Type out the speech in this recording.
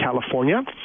California